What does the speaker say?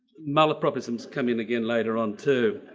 malapropisms come in again later on too.